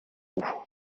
haut